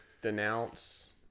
denounce